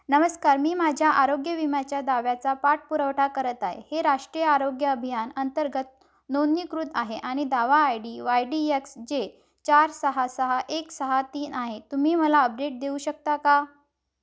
नमस्कार मी माझ्या आरोग्य विम्याच्या दाव्याचा पाठपुरावा करत आहे हे राष्ट्रीय आरोग्य अभियान अंतर्गत नोंदणीकृत आहे आणि दावा I D Y D X जे चार सहा सहा एक सहा तीन आहे तुम्ही मला अपडेट देऊ शकता का